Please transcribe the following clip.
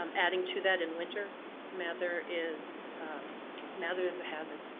um adding to that, in winter mather is mather is a hazard.